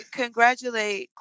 congratulate